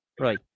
Right